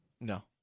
No